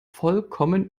vollkommen